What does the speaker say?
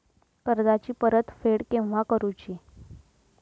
कर्जाची परत फेड केव्हा करुची?